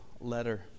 letter